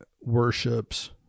worships